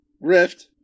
Rift